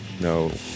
no